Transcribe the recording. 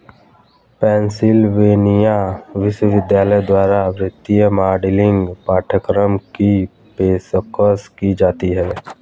Pennsylvania विश्वविद्यालय द्वारा वित्तीय मॉडलिंग पाठ्यक्रम की पेशकश की जाती हैं